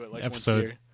episode